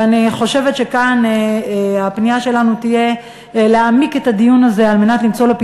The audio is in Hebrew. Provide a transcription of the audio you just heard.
ואני חושבת שכאן הפנייה שלנו תהיה להעמיק את הדיון הזה כדי למצוא לזה